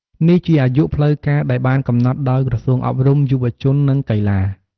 នេះជាអាយុផ្លូវការដែលបានកំណត់ដោយក្រសួងអប់រំ យុវជន និងកីឡា។